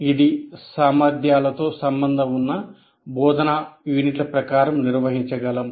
ఇది సామర్థ్యాలతో సంబంధం ఉన్న బోధనా యూనిట్ల ప్రకారం నిర్వహించగలం